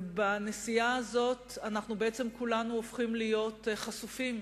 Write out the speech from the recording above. ובנסיעה הזאת בעצם כולנו הופכים להיות חשופים,